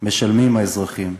משלמים האזרחים,